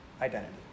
identity